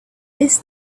his